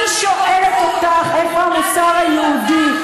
אני רוצה, אני שואלת אותך: איפה המוסר היהודי?